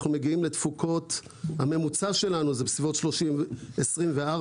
ממוצע התפוקות שלנו הוא בין 24,